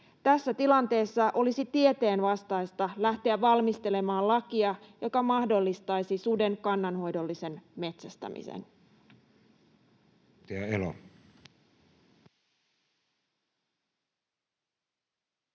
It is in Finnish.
Tässä tilanteessa olisi tieteenvastaista lähteä valmistelemaan lakia, joka mahdollistaisi suden kannanhoidollisen metsästämisen.